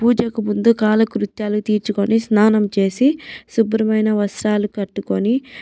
పూజకు ముందు కాలకృత్యాలు తీర్చుకొని స్నానం చేసి శుభ్రమైన వస్త్రాలు కట్టుకొని